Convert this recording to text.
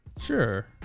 Sure